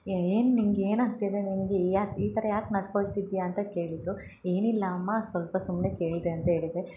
ಏ ಏನು ನಿನಗೆ ಏನು ಆಗ್ತಾಯಿದೆ ನಿನಗೆ ಯಾಕೆ ಈ ಥರ ಯಾಕೆ ನಡ್ಕೊಳ್ತಿದ್ದೀಯಾ ಅಂತ ಕೇಳಿದರು ಏನಿಲ್ಲಾ ಅಮ್ಮ ಸ್ವಲ್ಪ ಸುಮ್ನೆ ಕೇಳ್ದೆ ಅಂತ ಹೇಳಿದ್ದೆ